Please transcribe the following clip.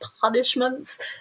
punishments